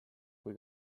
kui